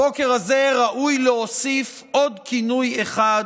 בבוקר הזה ראוי להוסיף עוד כינוי אחד,